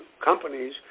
companies